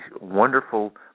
wonderful